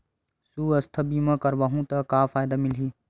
सुवास्थ बीमा करवाहू त का फ़ायदा मिलही?